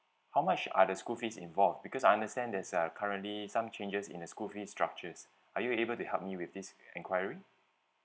how much are the school fees involved because I understand there's uh currently some changes in the school fee's structures are you able to help me with this enquiry